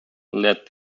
led